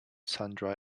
sundry